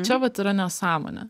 čia vat yra nesąmonė